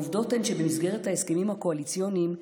העובדות הן שבמסגרת ההסכמים הקואליציוניים,